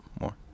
more